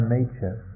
nature